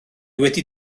wedi